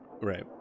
right